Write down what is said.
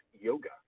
Yoga